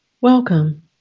Welcome